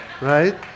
right